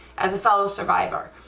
as a fellow survivor,